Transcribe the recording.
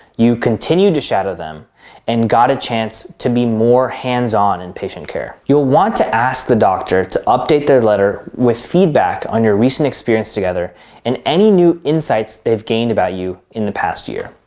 you continued to shadow them and got a chance to be more hands-on in patient care. you'll want to ask the doctor to update their letter with feedback on your recent experience together and any new insights they've gained about you in the past year.